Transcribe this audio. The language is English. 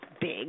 big